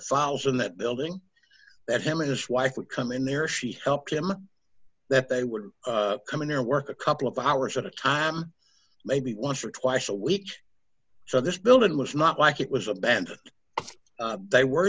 files in that building that him and his wife would come in there she helped him that they would come in there work a couple of hours at a time maybe once or twice a week so this building was not like it was a bend they were